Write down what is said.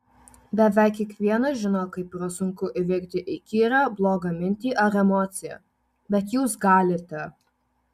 beveik kiekvienas žino kaip yra sunku įveikti įkyrią blogą mintį ar emociją bet jūs galite